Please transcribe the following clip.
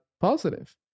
positive